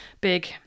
big